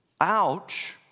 Ouch